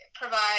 provide